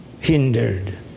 hindered